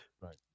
Right